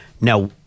Now